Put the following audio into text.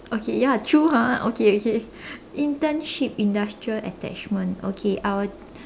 okay ya true !huh! okay okay internship industrial attachment okay I'll